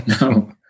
No